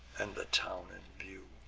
and the town in view.